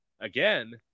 again